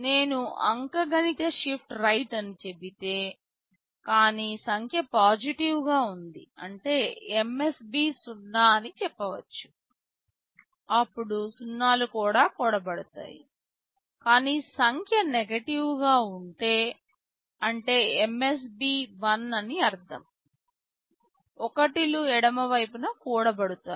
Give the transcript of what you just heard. నేను అంకగణిత shift right అని చెబితే కానీ సంఖ్య పాజిటివ్ గా ఉంది అంటే MSB 0 అని చెప్పవచ్చు అప్పుడు 0 లు కూడబడతాయి కాని సంఖ్య నెగెటివ్ గా ఉంటే అంటే MSB 1 అని అర్ధం 1 లు ఎడమ వైపున కూడబడతాయి